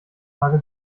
tage